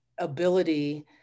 ability